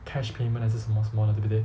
cash payment 还是什么什么对不对